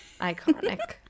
iconic